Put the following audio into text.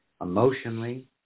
emotionally